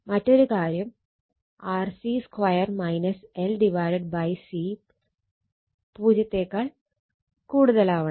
മറ്റൊരു കാര്യം RC 2 L C 0 ആവണം